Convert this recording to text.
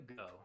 go